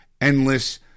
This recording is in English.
endless